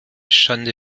schande